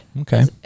okay